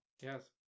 Yes